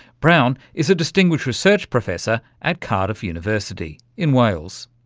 brown is a distinguished research professor at cardiff university in wales.